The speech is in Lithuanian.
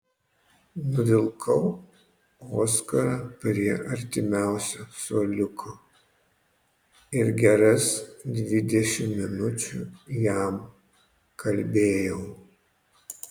nuvilkau oskarą prie artimiausio suoliuko ir geras dvidešimt minučių jam kalbėjau